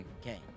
Okay